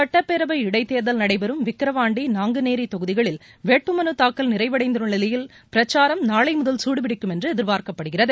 சட்டப்பேரவை இடைத்தேர்தல் நடைபெறும் விக்கிரவாண்டி நாங்குநேரி தொகுதிகளில் வேட்புமனு தாக்கல் நிறைவடைந்துள்ள நிலையில் பிரச்சாரம் நாளை முதல் சூடுபிடிக்கும் என்று எதிர்பார்க்கப்படுகிறது